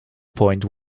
point